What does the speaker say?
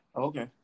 Okay